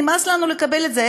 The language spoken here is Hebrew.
נמאס לנו לקבל את זה.